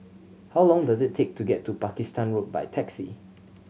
how long does it take to get to Pakistan Road by taxi